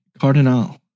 Cardinal